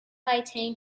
anti